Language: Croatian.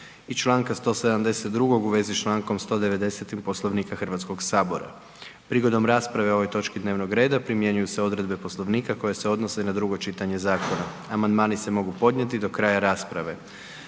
i članka 172. u vezi s člankom 190. Poslovnika Hrvatskoga sabora. Prigodom rasprave o ovoj točki dnevnog reda, primjenjuju se odredbe Poslovnika koje se odnose na drugo čitanje Zakona. Amandmani se mogu podnijeti do kraja rasprave.